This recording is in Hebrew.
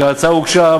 כשההצעה הוגשה,